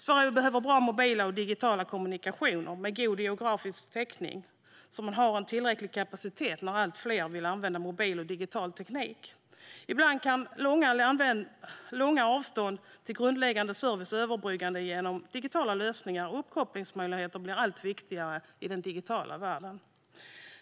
Sverige behöver bra mobila och digitala kommunikationer med god geografisk täckning som har tillräcklig kapacitet när allt fler vill använda mobil och digital teknik. Ibland kan långa avstånd till grundläggande service överbryggas med hjälp av digitala lösningar, och uppkopplingsmöjligheterna blir allt viktigare i den digitala världen.